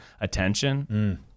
Attention